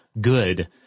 good